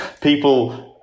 People